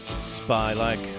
spy-like